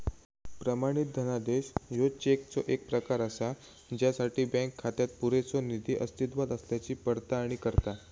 प्रमाणित धनादेश ह्यो चेकचो येक प्रकार असा ज्यासाठी बँक खात्यात पुरेसो निधी अस्तित्वात असल्याची पडताळणी करता